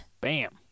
bam